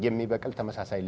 give me back in time as i say